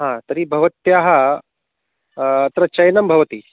हा तर्हि भवत्याः अत्र चयनं भवति